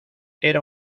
era